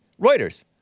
Reuters